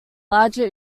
larger